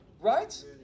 Right